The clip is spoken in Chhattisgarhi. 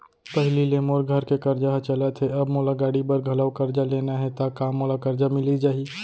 पहिली ले मोर घर के करजा ह चलत हे, अब मोला गाड़ी बर घलव करजा लेना हे ता का मोला करजा मिलिस जाही?